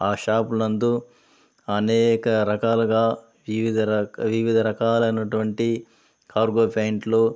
ఆ షాపు నందు అనేక రకాలుగా వివిధ రకా వివధ రకాలైనటువంటి కార్గో ఫ్యాంట్లు